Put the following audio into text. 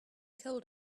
cold